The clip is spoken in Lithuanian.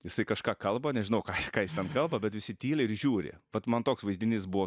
jisai kažką kalba nežinau ką ką jis ten kalba bet visi tyli ir žiūri kad man toks vaizdinys buvo